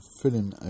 filling